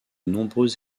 nombreuses